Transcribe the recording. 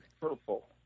Purple